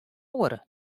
oare